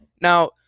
Now